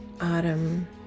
autumn